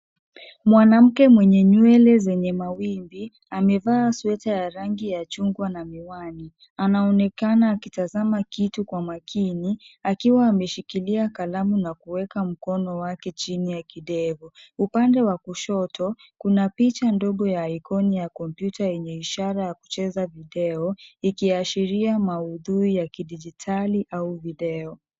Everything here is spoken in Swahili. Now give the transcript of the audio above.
Mwanamke mwenye nywele zenye mawimbi, amevaa sweta ya rangi ya chungwa na miwani. Anaonekana akitazama kitu kwa makini, akiwa ameshikilia kalamu na kueka mkono wake chini ya kidevu. Upande wa kushoto, kuna picha ndogo ya ikoni ya kompyuta yenye ishara ya kucheza video. Ikiashiria maudhui ya kidijitali au video.